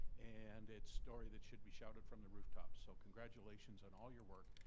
and it's story that should be shouted from the rooftop. so congratulations on all your work.